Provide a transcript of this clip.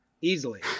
Easily